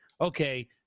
Okay